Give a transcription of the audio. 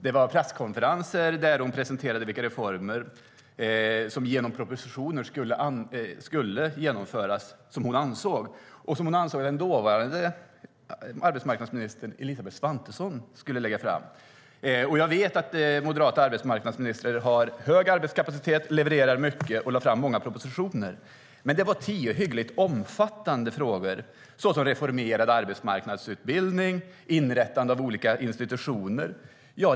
Det hölls presskonferenser där hon presenterade vilka reformer som hon ansåg skulle genomföras genom propositioner som hon tyckte att den dåvarande arbetsmarknadsministern Elisabeth Svantesson skulle lägga fram. Jag vet att moderata arbetsmarknadsministrar har hög arbetskapacitet. De har levererat mycket och lagt fram många propositioner. Men här gällde det tio hyggligt omfattande frågor, såsom reformerad arbetsmarknadsutbildning och inrättande av olika institutioner.